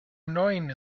annoying